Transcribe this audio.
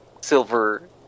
silver